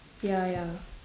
ya ya